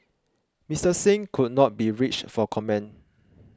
Mister Singh could not be reached for comment